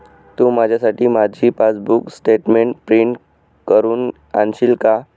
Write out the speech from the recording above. तू माझ्यासाठी माझी passbook statement print करून आणशील का?